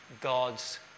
God's